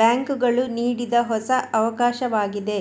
ಬ್ಯಾಂಕುಗಳು ನೀಡಿದ ಹೊಸ ಅವಕಾಶವಾಗಿದೆ